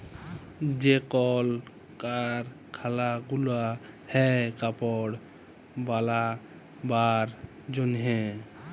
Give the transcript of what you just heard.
যে কল কারখালা গুলা হ্যয় কাপড় বালাবার জনহে